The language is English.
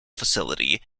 facility